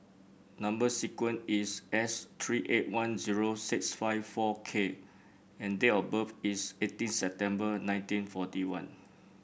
number sequence is S three eight one zero six five four K and date of birth is eighteen September nineteen forty one